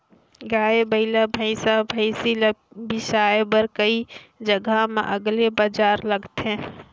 गाय, बइला, भइसा, भइसी ल बिसाए बर कइ जघा म अलगे बजार लगथे